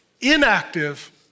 inactive